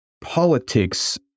politics